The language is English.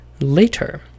later